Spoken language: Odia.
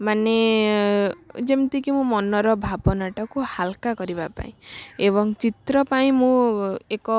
ମାନେ ଯେମିତିକି ମୋ ମନର ଭାବନାଟାକୁ ହାଲକା କରିବା ପାଇଁ ଏବଂ ଚିତ୍ର ପାଇଁ ମୁଁ ଏକ